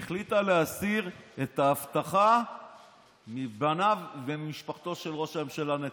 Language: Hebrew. והיא החליטה להסיר את האבטחה מבניו וממשפחתו של ראש הממשלה נתניהו.